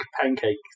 pancake